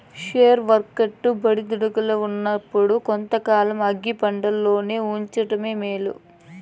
share వర్కెట్లు ఒడిదుడుకుల్ల ఉన్నప్పుడు కొంతకాలం ఆగి పండ్లల్లోనే ఉంచినావంటే మేలు